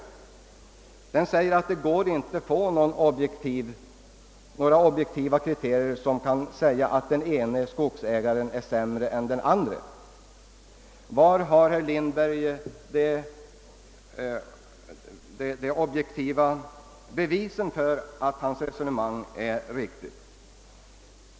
Utredningen säger att det inte är möjligt att ställa upp några objektiva kriterier för att avgöra, om den ene skogsägaren är sämre än den andre. Vad har herr Lindberg för objektivt bevis för att hans resonemang är riktigt?